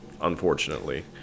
unfortunately